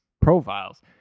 profiles